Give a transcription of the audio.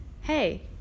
hey